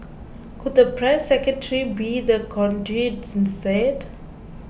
could the press secretary be the conduit instead